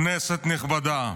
כנסת נכבדה,